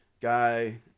guy